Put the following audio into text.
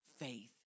faith